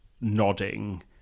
nodding